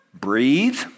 Breathe